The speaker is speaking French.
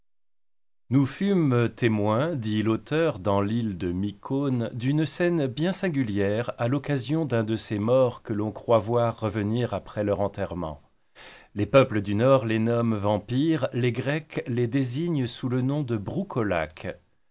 nous fûmes témoins dit l'auteur dans l'île de mycone d'une scène bien singulière à l'occasion d'un de ces morts que l'on croit voir revenir après leur enterrement les peuples du nord les nomment vampires les grecs les désignent sous le nom de